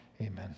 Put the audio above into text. Amen